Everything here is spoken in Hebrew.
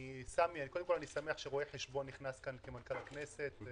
אני שמח שרואה חשבון נכנס להיות מנכ"ל הכנסת.